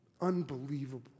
unbelievable